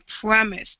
promised